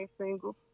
single